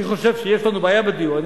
אני חושב שיש לנו בעיה עם הדיור,